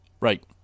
Right